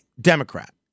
Democrat